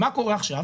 מה קורה עכשיו?